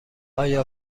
آیا